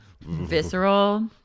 visceral